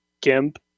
GIMP